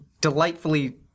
delightfully